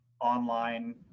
online